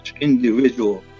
individual